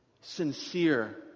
sincere